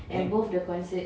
mm